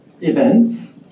events